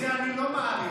את זה אני לא מאריך.